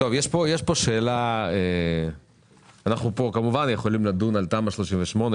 כמובן שאנחנו יכולים לדון בתמ"א 38,